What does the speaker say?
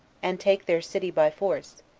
and take their city by force,